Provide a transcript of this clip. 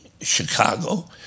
Chicago